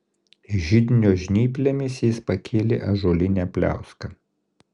židinio žnyplėmis jis pakėlė ąžuolinę pliauską